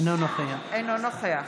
אינו נוכח